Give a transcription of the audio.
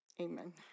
amen